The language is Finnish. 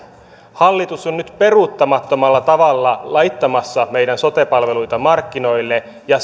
hallitus on nyt peruuttamattomalla tavalla laittamassa meidän sote palveluita markkinoille ja